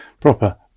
proper